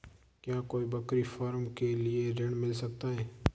क्या कोई बकरी फार्म के लिए ऋण मिल सकता है?